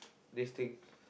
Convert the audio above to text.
this thing